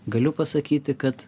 galiu pasakyti kad